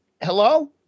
hello